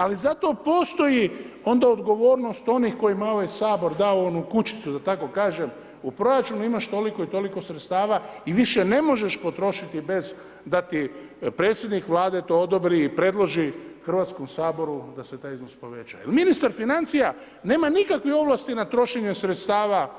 Ali zato postoji onda odgovornost onih kojima je ovaj Sabor dao onu kućicu da tako kažem u proračun imaš toliko i toliko sredstava i više ne možeš potrošiti bez da ti predsjednik Vlade to odobri i predloži Hrvatskom saboru da se taj iznos poveća jer ministar financija nema nikakve ovlasti na trošenje sredstava